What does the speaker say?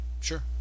sure